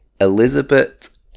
Elizabeth